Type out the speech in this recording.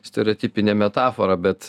stereotipinė metafora bet